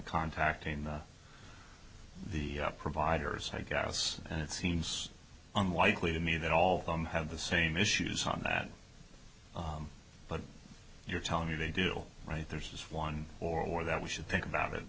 contracting the providers i guess and it seems unlikely to me that all of them have the same issues on that but you're telling me they do right there's this one or that we should think about it